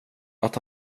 att